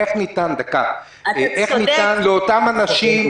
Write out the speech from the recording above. איך ניתן לאותם אנשים,